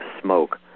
smoke